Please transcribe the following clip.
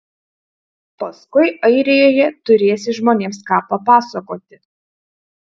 paskui airijoje turėsi žmonėms ką papasakoti